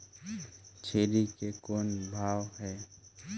छेरी के कौन भाव हे?